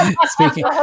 Speaking